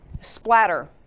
Splatter